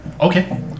Okay